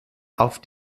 auf